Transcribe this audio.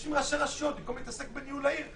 יושבים ראשי רשויות ובמקום להתעסק בניהול העיר,